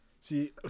See